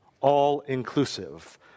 all-inclusive